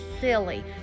silly